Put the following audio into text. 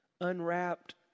unwrapped